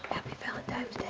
valentimes